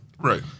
Right